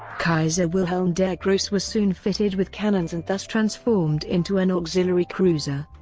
kaiser wilhelm der grosse was soon fitted with cannons and thus transformed into an auxiliary cruiser.